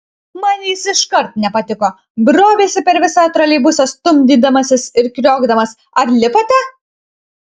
man jis iškart nepatiko brovėsi per visą troleibusą stumdydamasis ir kriokdamas ar lipate